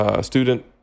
student